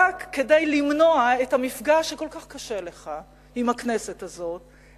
רק למנוע את המפגש שכל כך קשה לך עם הכנסת הזאת,